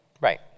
Right